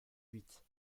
huit